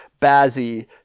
Bazzi